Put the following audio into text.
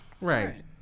right